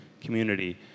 community